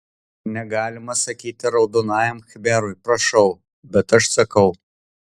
negalima sakyti raudonajam khmerui prašau bet aš sakau